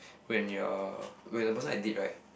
when you're when the person I date right